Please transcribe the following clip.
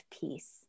peace